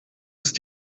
ist